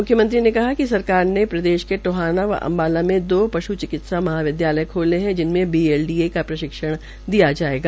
म्ख्यमंत्री ने कहा है कि सरकार ने प्रदेश के टोहाना व अम्बाला में दो पश् चिक्ति्सा महाविद्यालय खोले है जिनमें बीएलडीए को प्रशिक्षण दिया जायेगा